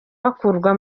bakurwa